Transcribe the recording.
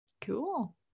Cool